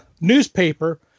newspaper